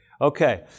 Okay